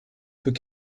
peut